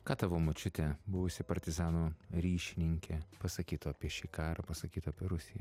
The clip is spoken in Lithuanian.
kad tavo močiutė buvusi partizanų ryšininkė pasakytų apie šį karą pasakytų apie rusiją